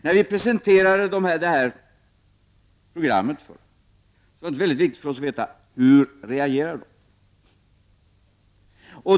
När vi i regeringen presenterade programmet för dem var det mycket viktigt för oss att få veta hur de reagerade.